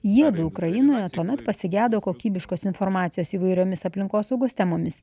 jiedu ukrainoje tuomet pasigedo kokybiškos informacijos įvairiomis aplinkosaugos temomis